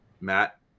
Matt